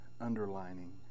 underlining